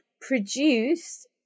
produce